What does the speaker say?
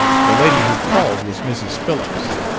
the lady who called was mrs. phillips.